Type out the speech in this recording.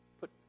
put